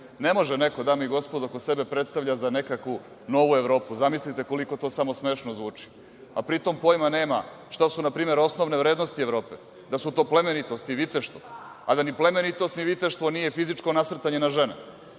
može neko, dame i gospodo, ko sebe predstavlja za nekakvu novu Evropu, zamislite koliko to samo smešno zvuči, a pri tom pojma nema šta su npr. osnovne vrednosti Evrope, da su to plemenitost i viteštvo, a da ni plemenitost ni viteštvo nije fizičko nasrtanje na žene,